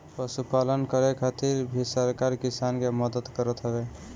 पशुपालन करे खातिर भी सरकार किसान के मदद करत हवे